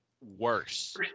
worse